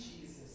Jesus